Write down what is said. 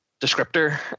descriptor